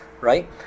right